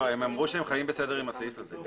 לא, הם אמרו שהם חיים בסדר עם הסעיף הזה.